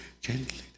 gently